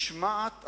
משמעת,